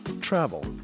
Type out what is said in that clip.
travel